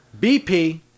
BP